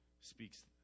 speaks